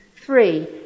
Three